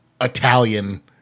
Italian-